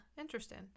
Interesting